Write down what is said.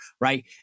right